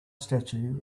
statue